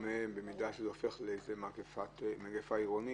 מרכזי קשישים.